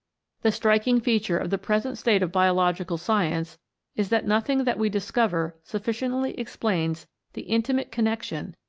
the striking feature of the present state of biological science is that nothing that we dis cover sufficiently explains the intimate connection,